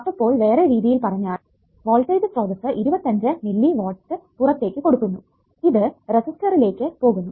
അപ്പപ്പോൾ വേറെ രീതിയിൽ പറഞ്ഞാൽ വോൾടേജ് സ്രോതസ്സ് 25 മില്ലി വാട്ട്സ് പുറത്തേക്ക് കൊടുക്കുന്നു ഇത് റെസിസറ്ററിലേക്ക് പോകുന്നു